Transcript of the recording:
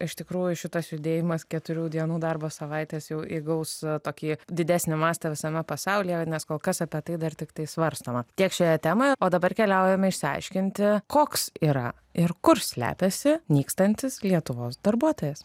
iš tikrųjų šitas judėjimas keturių dienų darbo savaitės jau įgaus tokį didesnį mastą visame pasaulyje nes kol kas apie tai dar tiktai svarstoma tiek šia tema o dabar keliaujam išsiaiškinti koks yra ir kur slepiasi nykstantis lietuvos darbuotojas